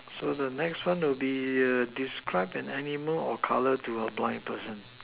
so the next one will be describe an animal or colour to a blind person